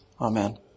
Amen